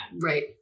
right